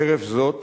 חרף זאת